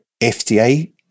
FDA